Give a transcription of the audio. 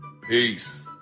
Peace